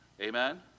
Amen